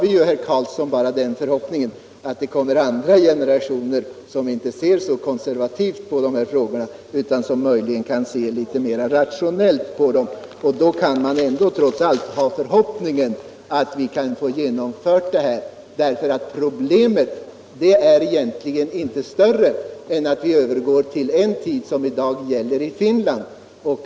Då kan vi, herr Karlsson, bara hysa den förhoppningen att det kommer en ny generation, som inte ser så konservativt på de här frågorna utan möjligen kan se litet mer rationellt på dem. Man kan alltså trots allt ha den förhoppningen att vi så småningom får en ändring. Problemet är egentligen inte större än att vi övergår till en tidsberäkning som i dag gäller i Finland.